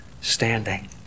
standing